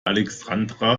alexandra